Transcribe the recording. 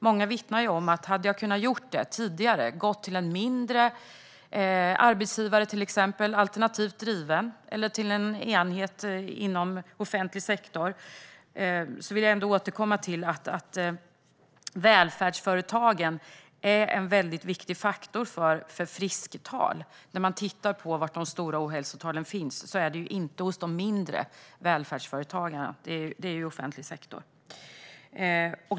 Många vittnar om att de hade velat ha möjlighet att göra det tidigare och till exempel gå till något mindre och alternativt drivet eller en mindre enhet inom offentlig sektor. Jag vill alltså återkomma till att välfärdsföretagen är en väldigt viktig faktor för frisktal. De stora ohälsotalen finns inte hos de mindre välfärdsföretagarna utan i offentlig sektor.